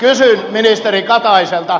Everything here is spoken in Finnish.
kysyn ministeri kataiselta